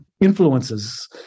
influences